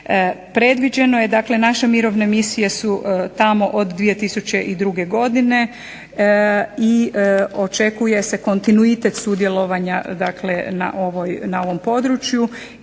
Predviđeno je dakle naše mirovne misije su tamo od 2002. godine, i očekuje se kontinuitet sudjelovanja na ovom području